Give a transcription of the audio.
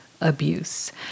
abuse